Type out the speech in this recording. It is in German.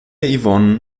yvonne